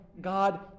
God